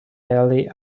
belly